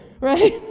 right